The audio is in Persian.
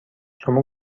شما